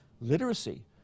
Literacy